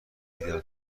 دیدن